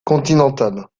continentales